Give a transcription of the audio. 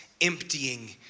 emptying